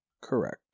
Correct